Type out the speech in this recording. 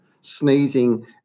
sneezing